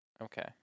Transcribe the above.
Okay